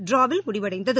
ட்டிராவில் முடிவடைந்தது